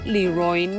Leroy